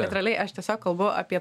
bet realiai aš tiesiog kalbu apie